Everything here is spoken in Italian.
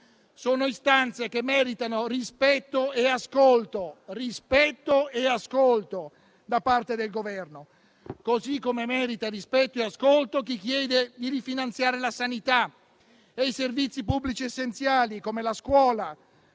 Sono istanze che meritano rispetto e ascolto da parte del Governo, così come merita rispetto e ascolto chi chiede di rifinanziare la sanità e i servizi pubblici essenziali, come la scuola,